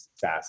SaaS